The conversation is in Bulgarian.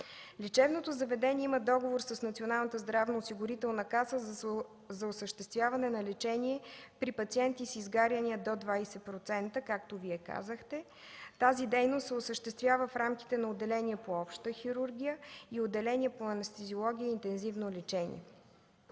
Лечебното заведение има договор с Националната здравноосигурителна каса за осъществяване на лечение при пациенти с изгаряния до 20%, както Вие казахте. Тази дейност се осъществява в рамките на отделение по обща хирургия и отделение по анестезиология и интензивно лечение.